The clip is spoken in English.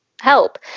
help